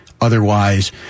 otherwise